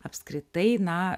apskritai na